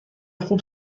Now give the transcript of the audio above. خوب